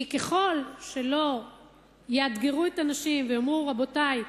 כי ככל שלא יאתגרו את הנשים ויאמרו: רבותי,